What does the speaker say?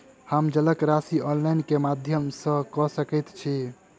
हम जलक राशि ऑनलाइन केँ माध्यम सँ कऽ सकैत छी?